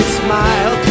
smile